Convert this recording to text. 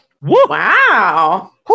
wow